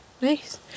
Nice